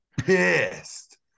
pissed